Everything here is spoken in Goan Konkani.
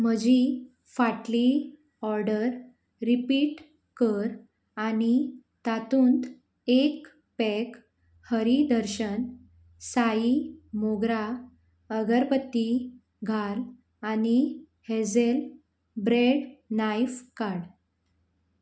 म्हजी फाटली ऑर्डर रिपीट कर आनी तातूंत एक पॅक हरी दर्शन साई मोगरा अगरपती घाल आनी हेझेल ब्रॅड नायफ काड